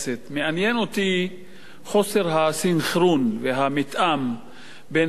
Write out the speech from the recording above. מעניין אותי חוסר הסנכרון והמתאם בין הדיון